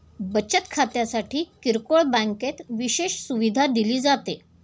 बचत खात्यासाठी किरकोळ बँकेत विशेष सुविधा दिली जाते